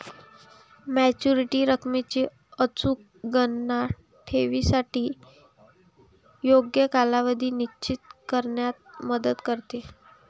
maturity रकमेची अचूक गणना ठेवीसाठी योग्य कालावधी निश्चित करण्यात मदत करते